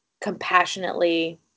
compassionately